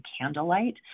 candlelight